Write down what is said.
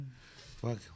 Fuck